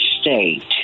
state